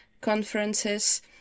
conferences